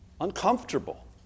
uncomfortable